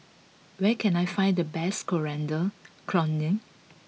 where can I find the best Coriander Chutney